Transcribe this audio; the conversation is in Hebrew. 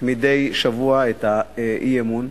מדי שבוע, את האי-אמון,